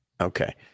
Okay